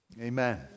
Amen